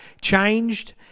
changed